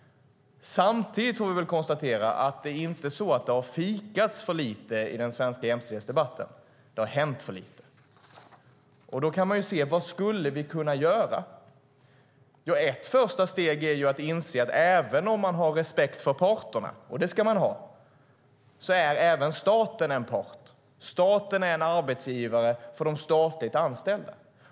Samtidigt får vi konstatera att det inte har fikats för lite i den svenska jämställdhetsdebatten utan att det har hänt för lite. Vad skulle vi kunna göra? Ett första steg är att inse att även om man har respekt för parterna - och det ska man ha - är också staten en part. Staten är en arbetsgivare för de statligt anställda.